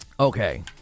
Okay